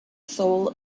soul